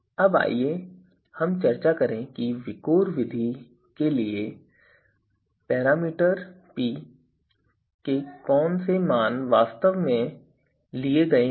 अब आइए चर्चा करें कि विकोर विधि के लिए पैरामीटर p के कौन से मान वास्तव में लिए गए हैं